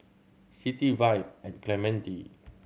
City Vibe at Clementi